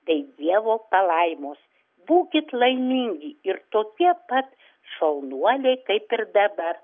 tai dievo palaimos būkit laimingi ir tokie pat šaunuoliai kaip ir dabar